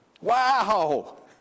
Wow